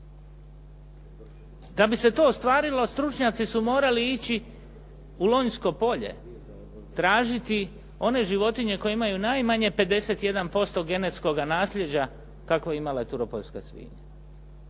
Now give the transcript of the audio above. Da bi se to ostvarilo stručnjaci su morali ići u Lonjsko polje tražiti one životinje koje imaju najmanje 51% genetskoga naslijeđa kakvo je imala i turopoljska svinja.